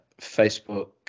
Facebook